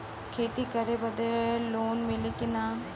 खेती करे बदे लोन मिली कि ना?